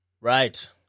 Right